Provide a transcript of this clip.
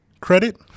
Credit